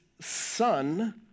son